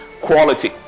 quality